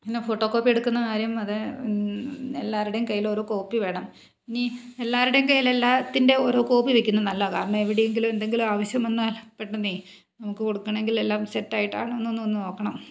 പിന്നെ photo copy എടുക്കുന്ന കാര്യം അത് എല്ലാവരുടേയും കയ്യിൽ ഓരോ കോപ്പി വേണം ഇനി എല്ലാവരുടേയും കയ്യിലും എല്ലാത്തിൻ്റെ ഓരോ കോപ്പി വയ്ക്കുന്നത് നല്ലതാണ് കാരണം എവിടെയെങ്കിലും എന്തെങ്കിലും ആവശ്യം വന്നാൽ പെട്ടന്ന് നമുക്ക് കൊടുക്കണമെങ്കിൽ എല്ലാം സെറ്റായിട്ടാണോയെന്നൊന്ന് നോക്കണം